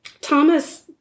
Thomas